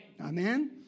Amen